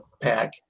pack